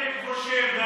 שטחים כבושים.